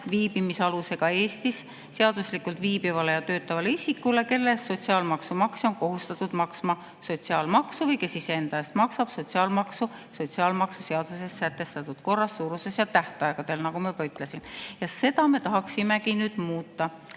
viibimisalusega Eestis seaduslikult viibivale ja töötavale isikule, kelle eest sotsiaalmaksu maksja on kohustatud maksma sotsiaalmaksu või kes ise enda eest maksab sotsiaalmaksu sotsiaalmaksuseaduses sätestatud korras, suuruses ja tähtaegadel, nagu ma juba ütlesin. Seda me tahaksimegi nüüd muuta.